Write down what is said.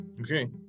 okay